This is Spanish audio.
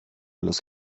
los